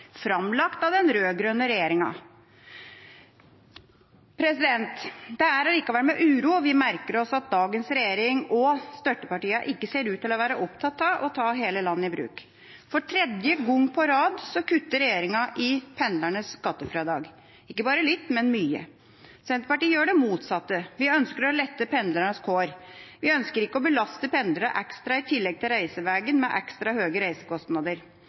framlagt av den rød-grønne regjeringa. Det er likevel med uro vi merker oss at dagens regjering og støttepartiene ikke ser ut til å være opptatt av å ta hele landet i bruk. For tredje gang på rad kutter regjeringa i pendlernes skattefradrag – ikke bare litt, men mye. Senterpartiet gjør det motsatte, vi ønsker å lette pendlernes kår. Vi ønsker ikke å belaste pendlerne ekstra i tillegg til reiseveien med ekstra høye reisekostnader.